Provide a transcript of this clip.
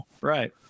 Right